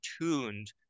tuned